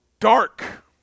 Dark